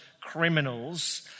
criminals